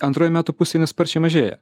antroj metų pusėj nesparčiai mažėja